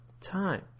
time